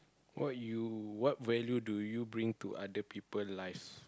what you what value do you bring to other people life